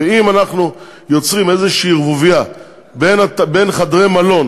ואם אנחנו יוצרים איזו ערבוביה בין חדרי מלון